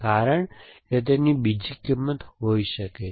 કારણ કે તેની બીજી કિંમત હોઈ શકે છે